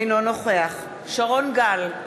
אינו נוכח שרון גל,